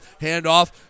Handoff